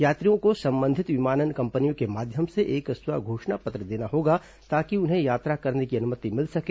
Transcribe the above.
यात्रियों को संबंधित विमानन कंपनियों के माध्यम से एक स्व घोषणा पत्र देना होगा ताकि उन्हें यात्रा करने की अनुमति मिल सके